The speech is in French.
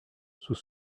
sous